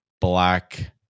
black